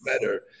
better